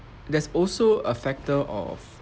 there's also a factor of